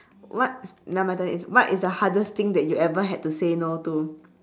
what now my turn it's what is the hardest thing that you ever had to say no to